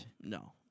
no